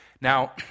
Now